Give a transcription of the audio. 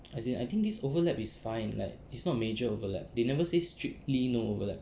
as in I think this overlap is fine like it's not major overlap they never say strictly no overlap